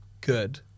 good